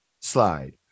slide